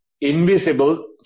invisible